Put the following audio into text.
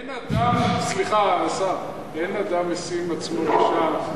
אין אדם משים עצמו רשע,